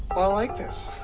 i like this.